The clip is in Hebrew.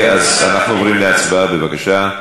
אז אנחנו עוברים להצבעה, בבקשה.